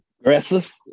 aggressive